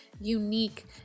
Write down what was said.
unique